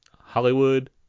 Hollywood